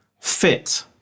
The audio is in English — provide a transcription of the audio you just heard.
Fit